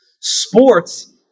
Sports